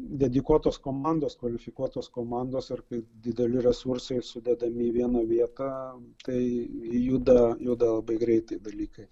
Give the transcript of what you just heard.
dedikuotos komandos kvalifikuotos komandos ar dideli resursai sudedami į vieną vietą tai juda juda labai greitai dalykai